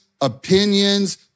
opinions